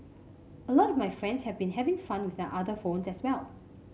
a lot of my friends have been having fun with their other phones as well